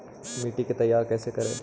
मिट्टी तैयारी कैसे करें?